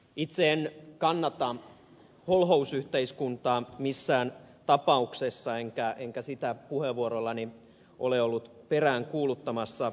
itse en kannata holhousyhteiskuntaa missään tapauksessa enkä sitä puheenvuorollani ole ollut peräänkuuluttamassakaan